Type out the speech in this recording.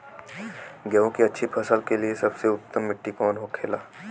गेहूँ की अच्छी फसल के लिए सबसे उत्तम मिट्टी कौन होखे ला?